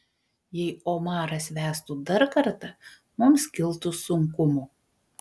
jei omaras vestų dar kartą mums kiltų sunkumų